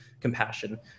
compassion